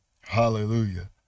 Hallelujah